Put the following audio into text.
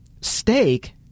Steak